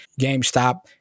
GameStop